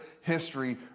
history